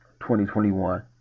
2021